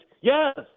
Yes